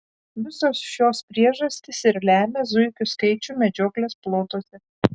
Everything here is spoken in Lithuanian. visos šios priežastys ir lemia zuikių skaičių medžioklės plotuose